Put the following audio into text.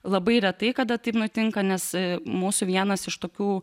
labai retai kada taip nutinka nes mūsų vienas iš tokių